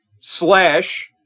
slash